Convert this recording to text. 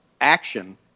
action